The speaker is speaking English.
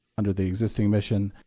under the existing mission,